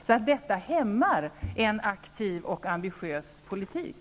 Detta hämmar därför en aktiv och ambitiös politik.